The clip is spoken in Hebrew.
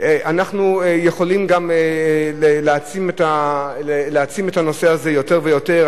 אנחנו יכולים גם להעצים את הנושא הזה יותר ויותר.